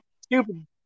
stupid